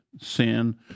sin